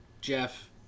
Jeff